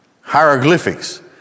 hieroglyphics